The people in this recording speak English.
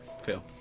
Phil